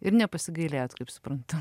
ir nepasigailėjot kaip suprantu